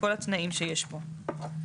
כל התנאים שיש פה.